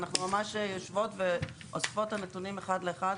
אנחנו ממש יושבות ואוספות את הנתונים אחד לאחד.